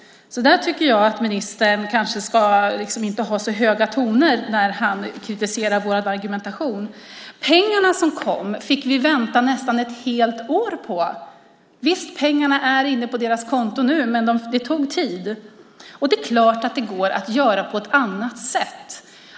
Jag tycker därför att ministern inte ska ta så höga toner när han kritiserar vår argumentation. Pengarna som kom fick vi vänta nästan ett helt år på. Visst är pengarna inne på kontot nu, men det tog tid. Det är klart att det går att göra på ett annat sätt.